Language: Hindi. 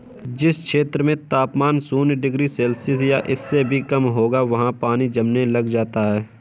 जिस क्षेत्र में तापमान शून्य डिग्री सेल्सियस या इससे भी कम होगा वहाँ पानी जमने लग जाता है